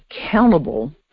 accountable